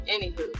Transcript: anywho